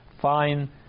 fine